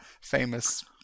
famous